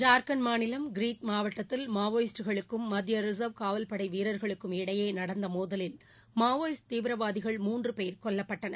ஜார்கண்ட் மாநிலம் கிரீத் மாவட்டத்தில் மாவோயிஸ்டுகளுக்கும் மத்திய ரிசர்வ் காவவ்படை வீரர்களுக்கும் இடையே நடந்த மோதலில் மாவோயிஸ்ட் தீவிரவாதிகள் மூன்று பேர் கொல்லப்பட்டனர்